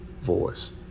voice